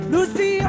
Lucy